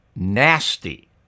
nasty